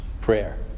prayer